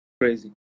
crazy